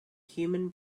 human